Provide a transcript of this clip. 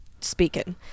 speaking